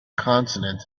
consonant